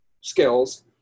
skills